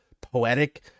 poetic